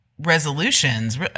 resolutions